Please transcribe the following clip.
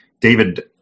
David